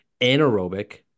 Anaerobic